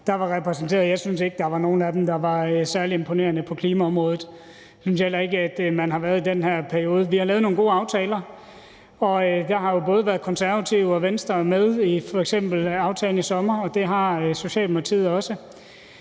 der var repræsenteret. Jeg synes ikke, der var nogen af dem, der var særlig imponerende på klimaområdet. Det synes jeg heller ikke at man har været i den her periode. Vi har lavet nogle gode aftaler, og der har jo både Konservative og Venstre været med i f.eks. aftalen i sommer, og det har Socialdemokratiet også.